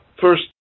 First